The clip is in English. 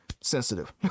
sensitive